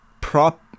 prop